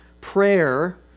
prayer